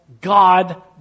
God